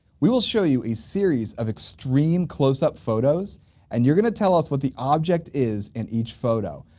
we will show you a series of extreme close-up photos and you're gonna tell us what the object is in each photo.